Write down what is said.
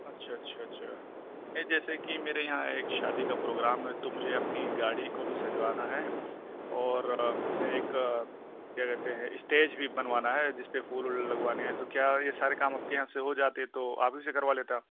اچھا اچھا اچھا نہیں جیسے کہ میرے یہاں ایک شادی کا پروگرام ہے تو مجھے اپنی گاڑی کو بھی سجوانا ہے اور ایک کیا کہتے ہیں اسٹیج بھی بنوانا ہے جس پہ پھول اول بھی لگوانے ہیں تو کیا یہ سارے کام آپ کے یہاں سے ہو جاتے تو آپ ہی سے کروا لیتا